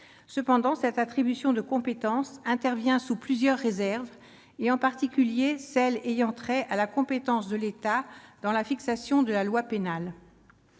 Cependant, cette attribution de compétence intervient sous plusieurs réserves, l'une d'entre elles, en particulier, ayant trait à la compétence de l'État dans la fixation de la loi pénale.